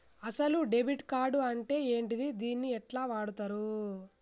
అసలు debit card అంటే ఏంటిది? దీన్ని ఎట్ల వాడుతరు?